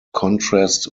contrast